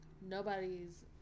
nobody's